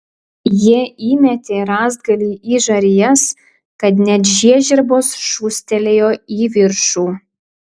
jie įmetė rąstagalį į žarijas kad net žiežirbos šūstelėjo į viršų